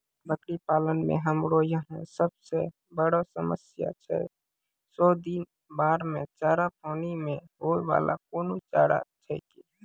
बकरी पालन मे हमरा यहाँ सब से बड़ो समस्या छै सौ दिन बाढ़ मे चारा, पानी मे होय वाला कोनो चारा छै कि?